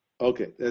Okay